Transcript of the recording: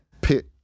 pit